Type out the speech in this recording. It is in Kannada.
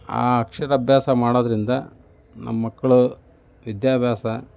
ಆ ಅಕ್ಷರಾಭ್ಯಾಸ ಮಾಡೋದ್ರಿಂದ ನಮ್ಮ ಮಕ್ಕಳು ವಿದ್ಯಾಭ್ಯಾಸ